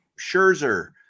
Scherzer